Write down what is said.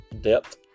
depth